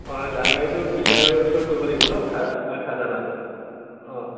অঁ জানুৱাৰীটো ক্লিয়াৰ কৰিব লাগিব ন খাজানাটো অঁ